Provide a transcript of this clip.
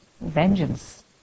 vengeance